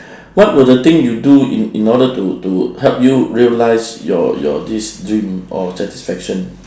what were the thing you do in in order to to help you realise your your this dream or satisfaction